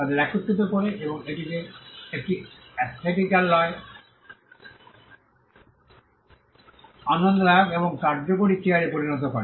তাদের একত্রিত করে এবং এটিকে একটি এসথেটিক্যালয় আনন্দদায়ক এবং কার্যকরী চেয়ারে পরিণত করে